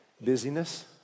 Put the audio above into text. Busyness